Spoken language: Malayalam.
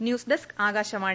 ന്യൂസ്ഡെസ്ക് ആകാശവാണി